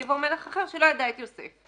יבוא מלך אחר, שלא ידע את יוסף.